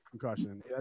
concussion